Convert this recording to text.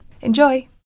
Enjoy